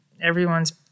everyone's